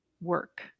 work